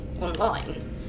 online